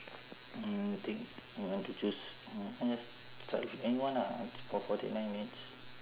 mm I think I want to choose uh just start with any one lah for forty nine minutes